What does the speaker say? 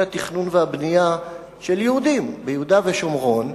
התכנון והבנייה של יהודים ביהודה ושומרון,